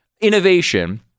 innovation